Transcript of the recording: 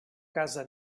casa